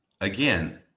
Again